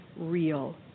real